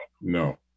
no